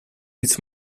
its